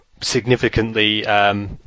significantly